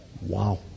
Wow